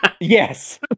Yes